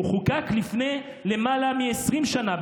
הוא חוקק לפני למעלה מ-20 שנה,